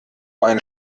ein